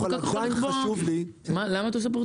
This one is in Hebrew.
המחוקק יכול לקבוע --- אבל עדיין חשוב לי --- למה אתה עושה פרצוף?